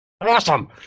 awesome